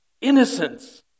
innocence